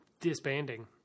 Disbanding